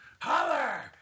Holler